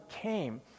came